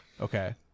okay